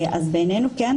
אז בעינינו כן,